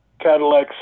Cadillac